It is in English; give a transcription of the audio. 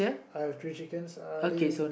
I have three chickens are they